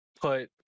put